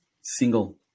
single